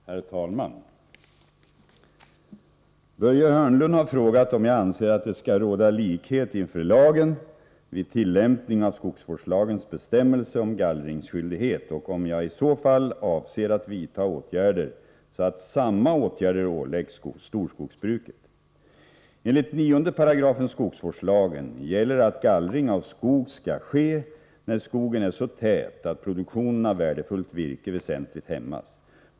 Herr talman! Börje Hörnlund har frågat mig om jag anser att det skall råda likhet inför lagen vid tillämpning av skogsvårdslagens bestämmelse om gallringsskyldighet och om jag i så fall avser att vidta åtgärder så att samma åtgärder åläggs storskogsbruket. Enligt 9 § skogsvårdslagen gäller att gallring av skog skall ske, när skogen är så tät att produktionen av värdefullt virke väsentligt hämmas.